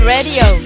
Radio